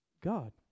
God